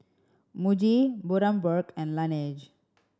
Muji Bundaberg and Laneige